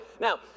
Now